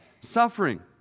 suffering